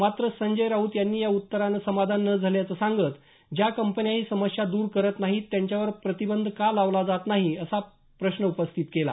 मात्र संजय राऊत यांनी या उत्तरानं समाधान न झाल्याचं सांगत ज्या कंपन्या ही समस्या दूर करत नाहीत त्यांच्यावर प्रतिबंध का लावला जात नाही असा प्रश्न उपस्थित केला